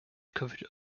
covered